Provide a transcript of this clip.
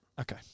Okay